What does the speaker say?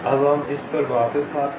अब हम इस पर वापस आते हैं